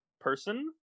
person